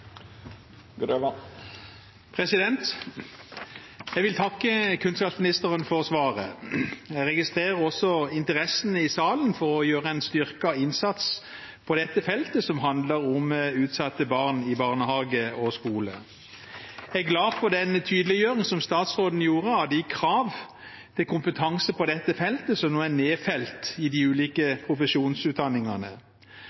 videre. Jeg vil takke kunnskapsministeren for svaret. Jeg registrerer også interessen i salen for å ha en styrket innsats på dette feltet, som handler om utsatte barn i barnehage og skole. Jeg er glad for denne tydeliggjøringen fra statsråden om at kravene til kompetanse på dette feltet nå er nedfelt i de